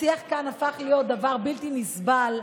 השיח כאן הפך להיות דבר בלתי נסבל.